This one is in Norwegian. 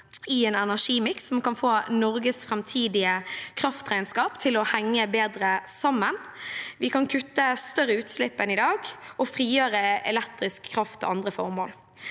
i en energimiks som kan få Norges framtidige kraftregnskap til å henge bedre sammen. Vi kan kutte større utslipp enn i dag og frigjøre elektrisk kraft til andre formål.